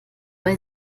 bei